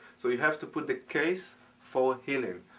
so you have to put the case for healing.